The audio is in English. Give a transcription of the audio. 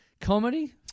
comedy